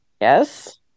Yes